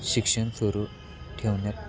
शिक्षण सुरू ठेवण्यात